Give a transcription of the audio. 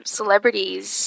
celebrities